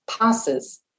passes